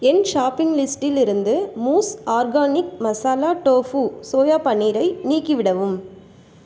என் shopping லிஸ்டிலிருந்து mousse organic masala tofu soya பன்னீரை நீக்கிவிடவும்